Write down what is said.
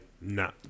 nah